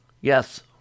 yes